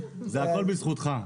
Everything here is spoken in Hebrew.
זה הכל בזכותך.